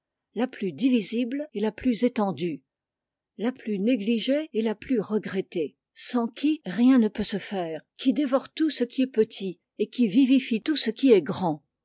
la plus divisible et la plus étendue la plus négligée et la plus regrettée sans qui rien ne se peut faire qui dévore tout ce qui est petit et qui vivifie tout ce qui est grand